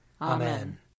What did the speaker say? Amen